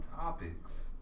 topics